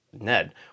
Ned